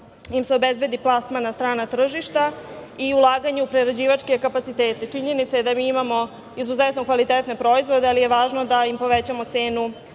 im se obezbedi plasman na strana tržišta i ulaganje u prerađivačke kapacitete. Činjenica je da mi imamo izuzetno kvalitetne proizvode, ali je važno da im povećamo cenu